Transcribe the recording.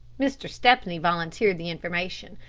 mr. stepney volunteered the information.